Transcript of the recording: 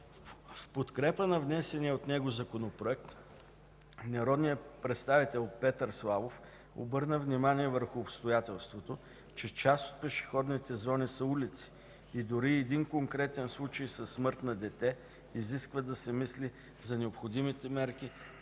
В подкрепа на внесения от него Законопроект, народният представител Петър Славов обърна внимание върху обстоятелството, че част от пешеходните зони са улици и дори и един конкретен случай със смърт на дете изисква да се мисли за необходимите мерки,